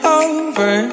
over